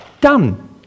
Done